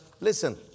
listen